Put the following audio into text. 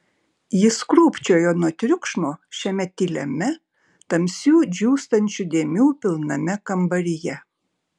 jis krūpčiojo nuo triukšmo šiame tyliame tamsių džiūstančių dėmių pilname kambaryje